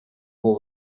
will